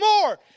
more